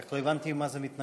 רק לא הבנתי עם מה זה מתנגש.